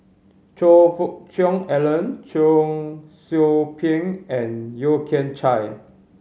Choe Fook Cheong Alan Cheong Soo Pieng and Yeo Kian Chye